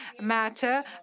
matter